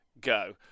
go